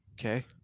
Okay